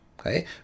Okay